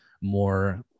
more